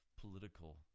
political